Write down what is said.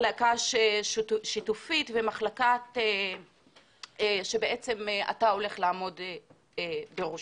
מחלקה שיתופית ומחלקה שבעצם אתה הולך לעמוד בראשה.